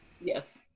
yes